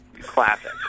Classic